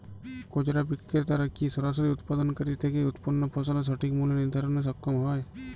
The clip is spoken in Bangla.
খুচরা বিক্রেতারা কী সরাসরি উৎপাদনকারী থেকে উৎপন্ন ফসলের সঠিক মূল্য নির্ধারণে সক্ষম হয়?